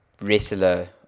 wrestler